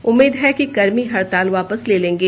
उम्मीद है कि कर्मी हड़ताल वापस ले लेंगे